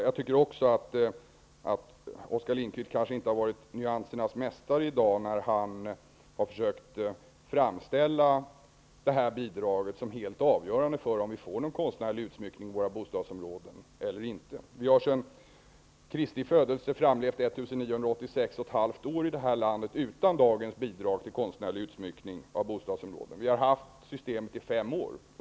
Jag tycker att Oskar Lindkvist kanske inte riktigt har varit nyansernas mästare i dag när han har försökt att framställa det här bidraget som helt avgörande för om vi får någon konstnärlig utsmyckning i våra bostadsområden eller inte. Vi har sedan Kristi födelse framlevt ettusenniohundraåttiosex och ett halvt år i det här landet utan dagens bidrag till konstnärlig utsmyckning av bostadsområden. Vi har haft systemet i fem år.